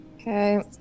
Okay